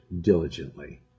diligently